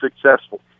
successful